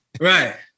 Right